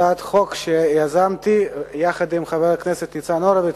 הצעת חוק שיזמתי יחד עם חבר הכנסת ניצן הורוביץ,